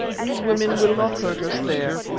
these women will not hurt us there,